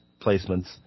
placements